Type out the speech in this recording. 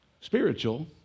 Spiritual